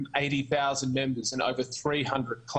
על פי ארגון הבריאות הלאומי,